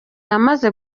yamaze